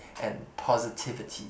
and positivity